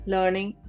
Learning